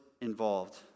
involved